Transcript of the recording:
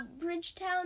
Bridgetown